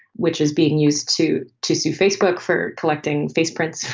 which is being used to to sue facebook for collecting face prints,